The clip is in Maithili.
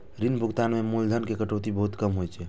ऋण भुगतान मे मूलधन के कटौती बहुत कम होइ छै